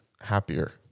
happier